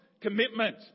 commitment